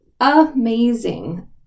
amazing